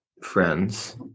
friends